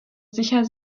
sicher